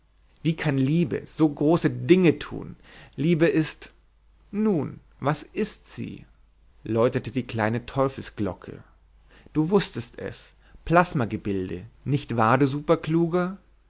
wie kann liebe so große dinge tun liebe ist nun was ist sie läutete die kleine teufelsglocke du wußtest es plasmagebilde nicht wahr